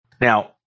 Now